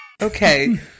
Okay